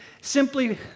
simply